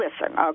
listen